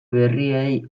berriei